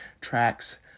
tracks